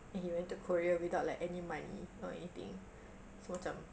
and he went to korea without like any money or anything so macam